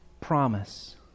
promise